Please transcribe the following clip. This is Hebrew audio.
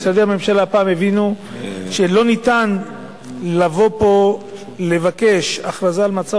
הפעם הבינו שלא ניתן לבוא פה לבקש הכרזה על מצב